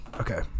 Okay